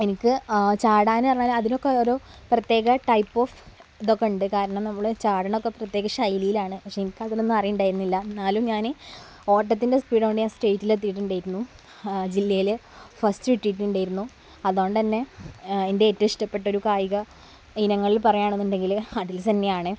എനിക്ക് ചാടാനുള്ളത് അതിനൊക്കെ ഏതോ പ്രത്യേക ടൈപ്പ് ഓഫ് ഇതൊക്കെയുണ്ട് കാരണം നമ്മൾ ചാടണതൊക്കെ പ്രത്യേക ശൈലിയിലാണ് പക്ഷേ എനിക്കതിലൊന്നും അറിയുണ്ടായിരുന്നില്ല എന്നാലും ഞാൻ ഓട്ടത്തിലെ സ്പീഡുകൊണ്ട് ഞാൻ സ്റ്റേറ്റിലെത്തിയിട്ടുണ്ടായിരുന്നു ജില്ലയിൽ ഫസ്റ്റ് കിട്ടിയിട്ടുണ്ടായിരുന്നു അതു കൊണ്ടു തന്നെ എൻ്റെ ഏറ്റവും ഇഷ്ടപ്പെട്ടൊരു കായിക ഇനങ്ങളിൽ പാറയാണെന്നുണ്ടെങ്കിൽ ഹഡിൽസ് തന്നെയാണ്